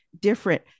different